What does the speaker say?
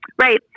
Right